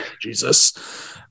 Jesus